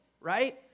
right